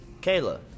Kayla